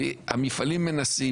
המפעלים מנסים,